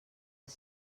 als